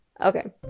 Okay